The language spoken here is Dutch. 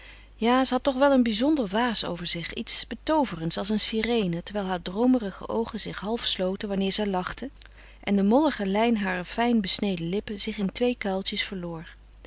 ja ze had toch wel een bizonder waas over zich iets betooverends als een sirene terwijl haar droomerige oogen zich half sloten wanneer zij lachte en de mollige lijn harer fijn besneden lippen zich in twee kuiltjes verloor